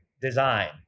design